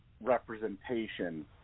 representation